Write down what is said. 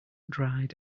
dried